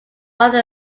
one